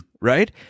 right